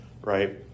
right